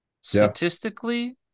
statistically